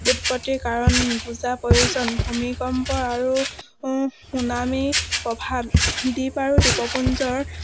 উৎপত্তিৰ কাৰণ বুজা প্ৰয়োজন ভূমিকম্পৰ আৰু চুনামি প্ৰভাৱ দ্বীপ আৰু দ্বীপপুঞ্জৰ